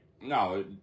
no